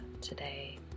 today